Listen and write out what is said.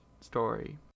story